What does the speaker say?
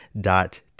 dot